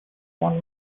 one